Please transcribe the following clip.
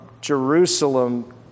Jerusalem